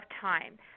time